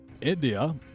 India